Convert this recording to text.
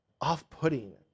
off-putting